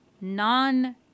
non